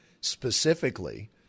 specifically